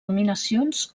nominacions